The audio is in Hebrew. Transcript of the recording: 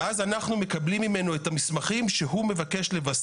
במקרה כזה אנחנו מקבלים ממנו את המסמכים שעל פיהם